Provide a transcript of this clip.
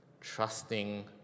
trusting